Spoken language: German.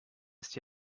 ist